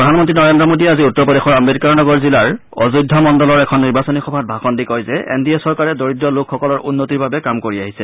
প্ৰধানমন্তী নৰেন্দ্ৰ মোদীয়ে আজি উত্তৰ প্ৰদেশৰ আম্বেদকাৰ নগৰ জিলাৰ অযোধ্যা মণ্ডলৰ এখন নিৰ্বাচনী সভাৰ ভাষণ দি কয় যে এন ডি এ চৰকাৰে দৰিদ্ৰ লোকসকলৰ উন্নতিৰ বাবে কাম কৰি আহিছে